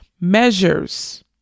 measures